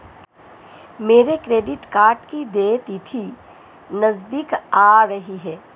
मेरे credit card की देय तिथि नज़दीक आ रही है